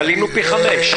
עלינו פי חמישה.